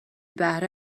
بهره